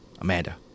Amanda